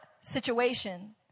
situation